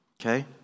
okay